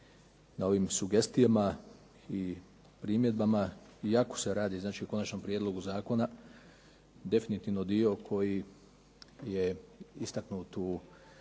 na ovim sugestijama i primjedbama iako se radi znači o konačnom prijedlogu zakona, definitivno dio koji je istaknut u